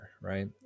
right